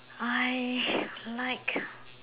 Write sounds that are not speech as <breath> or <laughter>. I <breath> like